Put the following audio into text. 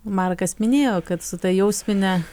markas minėjo kad su ta jausmine